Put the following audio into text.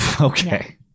Okay